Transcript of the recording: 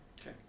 Okay